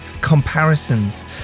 comparisons